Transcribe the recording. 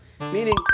Meaning